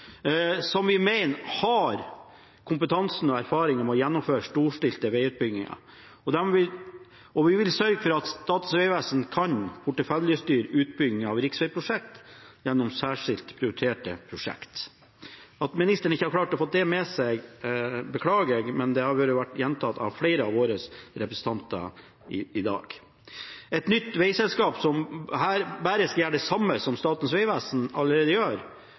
som vi mener har kompetansen og erfaringen med å gjennomføre storstilte veiutbygginger. Og vi vil sørge for at Statens vegvesen kan porteføljestyre utbygging av riksveiprosjekt gjennom særskilt prioriterte prosjekt. At ministeren ikke har klart å få det med seg, beklager jeg, men det har vært gjentatt av flere av våre representanter i dag. Et nytt veiselskap som bare skal gjøre det samme som Statens vegvesen allerede gjør,